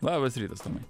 labas rytas tomai